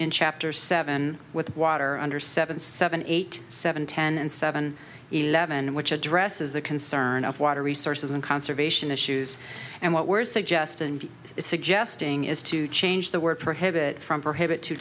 in chapter seven with water under seven seven eight seven ten and seven eleven which addresses the concern of water resources and conservation issues and what we're suggesting is suggesting is to change the work prohibit from prohibit to